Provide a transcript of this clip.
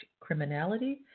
criminality